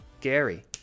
Gary